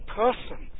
person